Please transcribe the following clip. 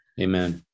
Amen